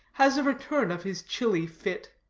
has a return of his chilly fit.